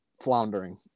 floundering